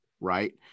Right